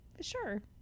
Sure